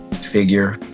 figure